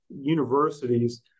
universities